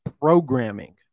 programming